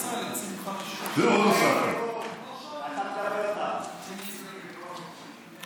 אזרחי ישראל, ועוד הוספתי, אני מבקש שקט.